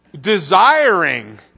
desiring